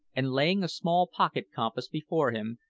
and laying a small pocket-compass before him,